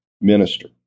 minister